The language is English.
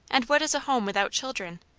and what is a home without children?